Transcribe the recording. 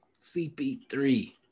CP3